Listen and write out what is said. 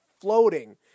floating